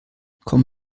komm